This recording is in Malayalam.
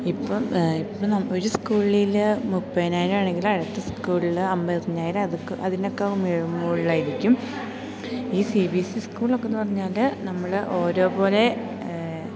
ഇപ്പം ഇപ്പം ന ഒരു സ്കൂളിൽ മുപ്പതിനായിരം ആണെങ്കിൽ അടുത്ത സ്കൂളിൽ അൻപതിനായിരം അത്ക്ക് അതിനൊക്കെ മുകളിലായിരിക്കും ഈ സി ബി എസ് സി സ്കൂളൊക്കെയെന്നു പറഞ്ഞാൽ നമ്മൾ ഓരോ പോലെ